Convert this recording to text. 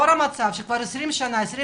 לאור זה שכבר 21 שנה